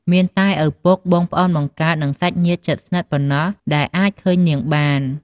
មានតែឪពុក បងប្អូនបង្កើត និងសាច់ញាតិជិតស្និទ្ធប៉ុណ្ណោះដែលអាចឃើញនាងបាន។